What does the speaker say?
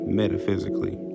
metaphysically